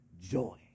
joy